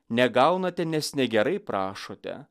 negaunate nes negerai prašote